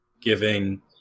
giving